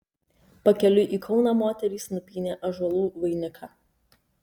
pakeliui į kauną moterys nupynė ąžuolų vainiką